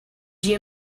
you